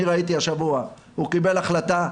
ראיתי השבוע שהוא קיבל החלטה,